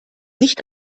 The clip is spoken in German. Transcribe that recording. nicht